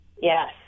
Yes